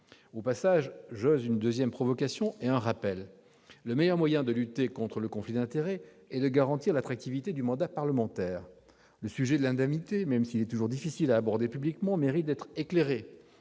Au passage, j'ose une deuxième provocation et un rappel : le meilleur moyen de lutter contre le conflit d'intérêts est de garantir l'attractivité du mandat parlementaire. Le sujet de l'indemnité, même s'il est toujours difficile à aborder publiquement, mérite d'être éclairé.